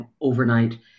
overnight